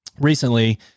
recently